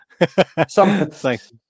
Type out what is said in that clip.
Thanks